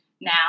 now